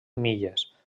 milles